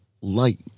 light